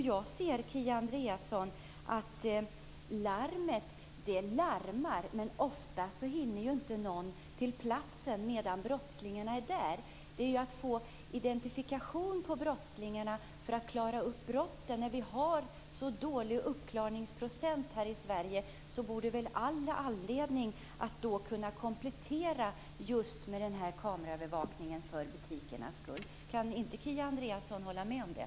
Jag ser att larmet larmar, Kia Andreasson, men ofta hinner ingen till platsen medan brottslingarna är där. Man måste få identifikation på brottslingarna för att klara upp brotten. Vi har ju så dålig uppklarningsprocent här i Sverige. Därför finns det all anledning att kunna komplettera det hela med just kameraövervakning för butikernas skull. Kan inte Kia Andreasson hålla med om det?